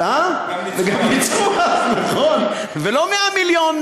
הם ניצחו, נכון, ולא תקציב של 100 מיליון,